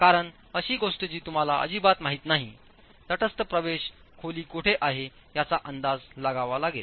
कारण अशी गोष्ट जी तुम्हाला अजिबात माहित नाही तटस्थ प्रवेश खोली कोठे आहे याचा अंदाज लागावा लागेल